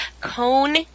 cone